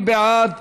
מי בעד?